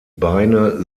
beine